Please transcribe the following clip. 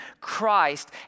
Christ